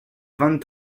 vingt